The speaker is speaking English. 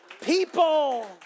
people